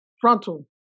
frontal